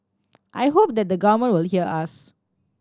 I hope that the government will hear us